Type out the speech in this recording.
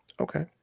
Okay